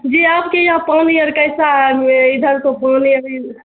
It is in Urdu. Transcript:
جی آپ کے یہاں پانی اور کیسا آئے ہوئے ہیں ادھر تو پانی ابھی